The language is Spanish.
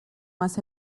más